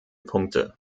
punkte